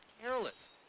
careless